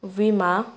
ꯚꯤꯃꯥ